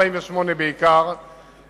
בעיקר לפני 1948,